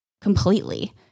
completely